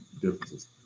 differences